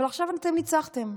אבל עכשיו אתם ניצחתם,